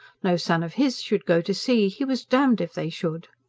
no son of his should go to sea, he was damned if they should!